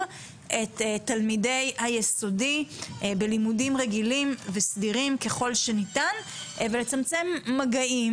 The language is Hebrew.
את תלמידי היסודי בלימודים רגילים וסדירים ככל שניתן ויצמצם מגעים